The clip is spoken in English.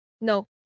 No